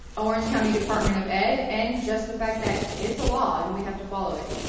orange county department of ed and just the fact that it's a law and we have to follow it.